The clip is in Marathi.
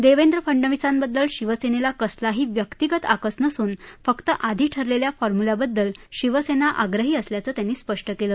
देवेंद्र फडनविसांबद्दल शिवसेनेला कसलाही व्यक्तीगत आकस नसून फक्त आधी ठरलेल्या फॉर्म्युल्याबद्दल शिवसेना आग्रही असल्याचं त्यांनी स्पष्ट केलं